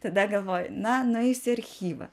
tada galvoji na nueisiu į archyvą